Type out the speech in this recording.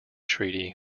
treaty